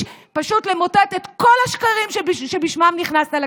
פשוט למוטט את כל השקרים שבשמם נכנסת לכנסת?